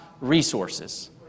resources